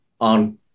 on